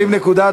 שים נקודה.